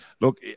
Look